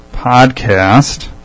podcast